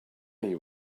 you